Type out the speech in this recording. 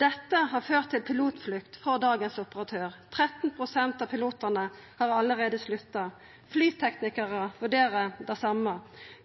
Dette har ført til pilotflukt frå dagens operatør. 13 pst. av pilotane har allereie slutta. Flyteknikarar vurderer det same.